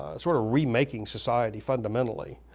ah sort of remaking society fundamentally.